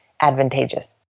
advantageous